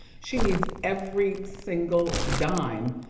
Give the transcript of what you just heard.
she needs every single dime